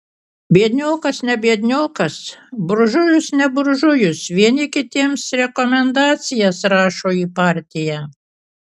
biedniokas ne biedniokas buržujus ne buržujus vieni kitiems rekomendacijas rašo į partiją